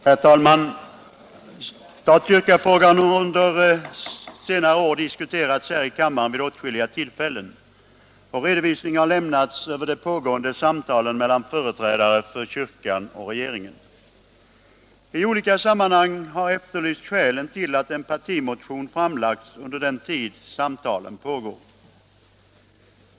Herr talman! Stat-kyrka-frågan har under senare år diskuterats här i kammaren vid åtskilliga tillfällen och redovisning har lämnats över de pågående samtalen mellan företrädare för kyrkan och regeringen. I olika sammanhang har efterlysts skälen till att en partimotion framlagts under den tid samtalen pågår.